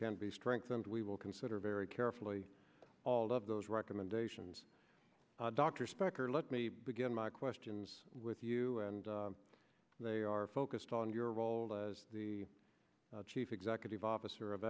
can be strengthened we will consider very carefully all of those recommendations dr specker let me begin my questions with you and they are focused on your role as the chief executive officer of